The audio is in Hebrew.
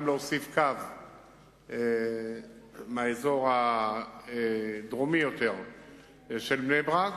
גם להוסיף קו מהאזור הדרומי יותר של בני-ברק,